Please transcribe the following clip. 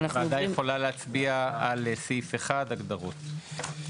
הוועדה יכולה להצביע על סעיף 1 הגדרות,